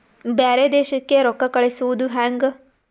ಬ್ಯಾರೆ ದೇಶಕ್ಕೆ ರೊಕ್ಕ ಕಳಿಸುವುದು ಹ್ಯಾಂಗ?